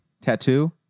tattoo